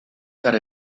got